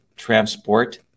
transport